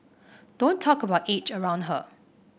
don't talk about age around her